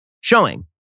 showing